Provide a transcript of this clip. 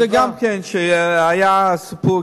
אני יודע שהיה סיפור,